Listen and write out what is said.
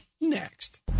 Next